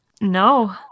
No